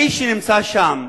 האיש שנמצא שם,